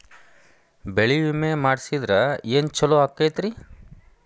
ಬೆಳಿ ವಿಮೆ ಮಾಡಿಸಿದ್ರ ಏನ್ ಛಲೋ ಆಕತ್ರಿ?